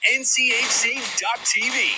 nchc.tv